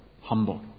humble